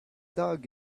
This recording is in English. dog